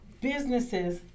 businesses